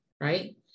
right